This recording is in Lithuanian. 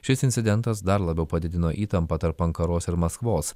šis incidentas dar labiau padidino įtampą tarp ankaros ir maskvos